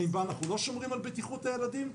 האם בה אנחנו לא שומרים על בטיחות הילדים?